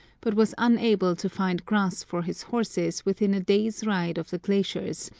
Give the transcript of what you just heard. but was unable to find grass for his horses within a day's ride of the glaciers,